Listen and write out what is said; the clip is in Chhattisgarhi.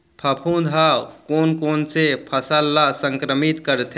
फफूंद ह कोन कोन से फसल ल संक्रमित करथे?